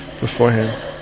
beforehand